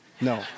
No